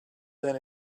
than